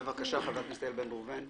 חבר הכנסת איל בן ראובן.